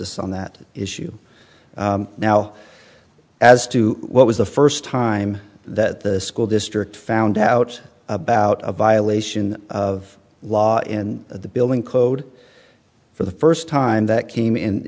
us on that issue now as to what was the first time that the school district found out about a violation of law in the building code for the first time that came in